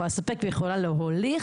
היא יכולה לספק והיא יכולה להוליך.